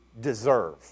deserve